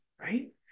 right